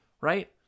right